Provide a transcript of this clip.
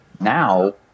now